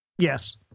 Yes